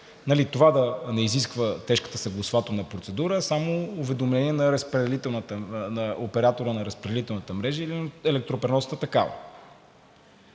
това да не изисква тежката съгласувателна процедура, а само уведомление на оператора на разпределителната мрежа или електропреносната такава.